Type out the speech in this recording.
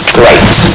great